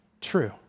True